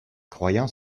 croyant